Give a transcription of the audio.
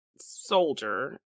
soldier